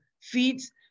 feeds